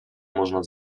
można